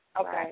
Okay